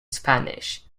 spanish